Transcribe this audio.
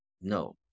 No